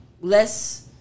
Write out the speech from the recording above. less